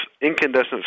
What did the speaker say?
incandescent